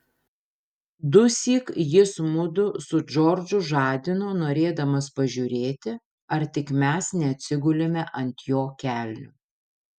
dusyk jis mudu su džordžu žadino norėdamas pažiūrėti ar tik mes neatsigulėme ant jo kelnių